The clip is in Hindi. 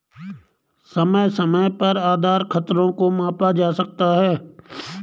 समय समय पर आधार खतरों को मापा जा सकता है